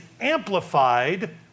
amplified